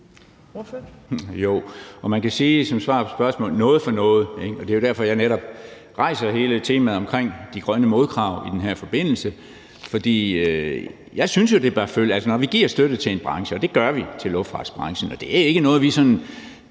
(EL): Jo, og man kan sige som svar på spørgsmålet: Noget for noget. Og det er jo netop derfor, at jeg rejser hele temaet om de grønne modkrav i den her forbindelse; for jeg synes jo, at det bør følges ad. Altså, når vi giver støtte til en branche, og det gør vi til luftfartsbranchen – det ligger ikke bare på den